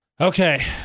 Okay